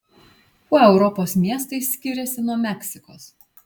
kuo europos miestai skiriasi nuo meksikos